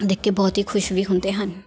ਦੇਖ ਕੇ ਬਹੁਤ ਹੀ ਖੁਸ਼ ਵੀ ਹੁੰਦੇ ਹਨ